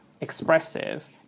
expressive